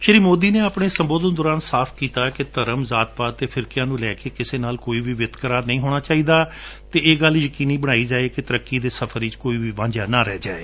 ਸ਼੍ੀ ਮੋਦੀ ਨੇ ਆਪਣੇ ਸੰਬੋਧਨ ਦੌਰਾਨ ਸਾਫ ਕੀਤਾ ਕਿ ਧਰਮ ਜਾਤਪਾਤ ਅਤੇ ਫਿਰਕਿਆਂ ਨੂੰ ਲੈਕੇ ਕਿਸੇ ਨਾਲ਼ ਵੀ ਕੋਈ ਵਿਤਕਰਾ ਨਹੀ ਹੋਣਾ ਚਾਹੀਦਾ ਅਤੇ ਇਹ ਗੱਲ ਯਕੀਨੀ ਬਣਾਈ ਜਾਵੇ ਕਿ ਤਰੱਕੀ ਦੇ ਸਫਰ ਵਿੱਚ ਕੋਈ ਵੀ ਵਾਂਝਿਆ ਨਾ ਰਹਿ ਜਾਵੇ